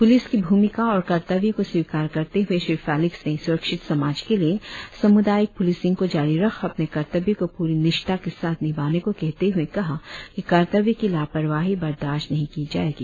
police की भूमिका और कर्तव्य को स्वीकार करते हुए श्री फेलिक्स ने सुरक्षित समाज के लिए समुदायिक पुलिसिंग को जारी रख अपने कर्तव्य को पूरी निष्ठा के साथ निभाने को कहते हुए कहा कि कर्तव्य की लापरवाही बर्दाश्त नहीं की जाएगी